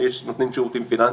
שיש נותני שירותים פיננסיים.